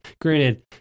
Granted